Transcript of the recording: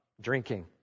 drinking